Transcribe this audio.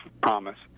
promise